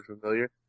familiar